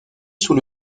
sous